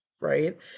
Right